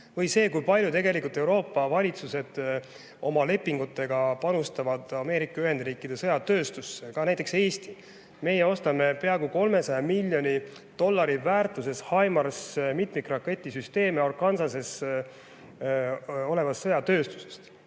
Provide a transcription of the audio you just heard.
Või see, kui palju tegelikult Euroopa valitsused oma lepingutega panustavad Ameerika Ühendriikide sõjatööstusse, ka näiteks Eesti. Meie ostame peaaegu 300 miljoni dollari väärtuses mitmikraketisüsteeme HIMARS Arkansases olevast sõjatööstusest.